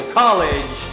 college